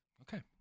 okay